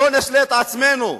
לא נשלה את עצמנו,